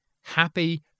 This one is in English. happy